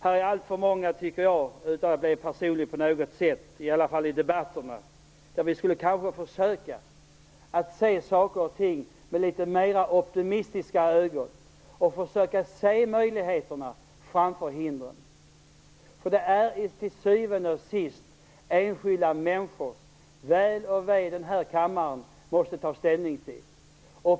Då vill jag än en gång säga - utan att bli personlig på något sätt - att det är många i debatterna som borde försöka att se saker och ting med litet mera optimistiska ögon. Man borde försöka se möjligheterna framför hindren. Till syvende och sist är det enskilda människors väl och ve som vi här i kammaren tar ställning till.